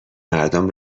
مردم